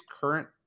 current